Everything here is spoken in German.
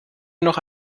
noch